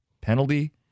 penalty